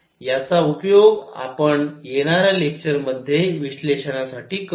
ह्याचा उपयोग आपण येणाऱ्या लेक्चर मध्ये विश्लेषणासाठी करू